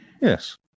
Yes